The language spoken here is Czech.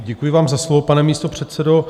Děkuji vám za slovo, pane místopředsedo.